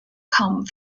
come